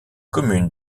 commune